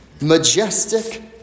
majestic